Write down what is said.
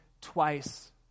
twice